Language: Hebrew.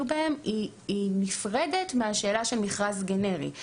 בהם היא נפרדת מהשאלה של מכרז גנרי.